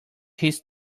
his